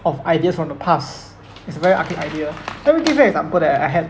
of ideas from the past it's a very arcade idea let me give you example that I had